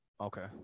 Okay